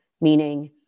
meaning